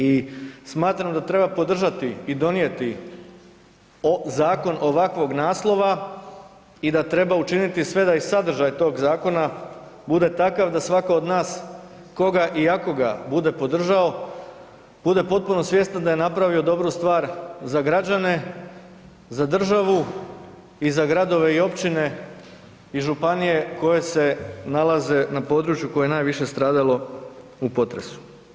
I smatram da treba podržati i donijeti zakon ovakvog naslova i da treba učiniti sve da i sadržaj toga zakona bude takav da svatko od nas tko ga i ako ga bude podržao bude potpuno svjestan da je napravio dobru stvar za građane, za državu i za gradove i općine i županije koje se nalaze na području koje je najviše stradalo u potresu.